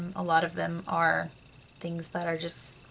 a lot of them are things that are just